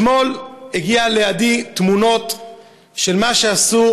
אתמול הגיעו לידי תמונות של מה שעשו